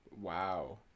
Wow